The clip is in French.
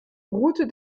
route